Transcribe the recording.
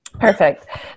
Perfect